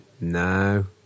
No